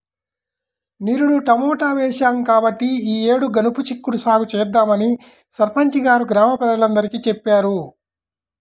నిరుడు టమాటా వేశాం కాబట్టి ఈ యేడు గనుపు చిక్కుడు సాగు చేద్దామని సర్పంచి గారు గ్రామ ప్రజలందరికీ చెప్పారు